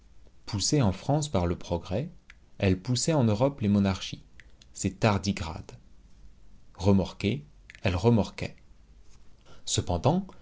poussée en france par le progrès elle poussait en europe les monarchies ces tardigrades remorquée elle remorquait cependant